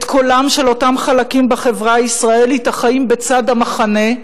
את קולם של אותם חלקים בחברה הישראלית החיים בצד המחנה,